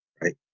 right